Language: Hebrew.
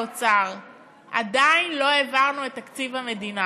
האוצר: עדיין לא העברנו את תקציב המדינה.